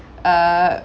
uh